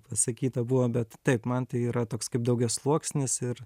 pasakyta buvo bet taip man tai yra toks kaip daugiasluoksnis ir